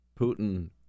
Putin